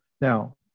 Now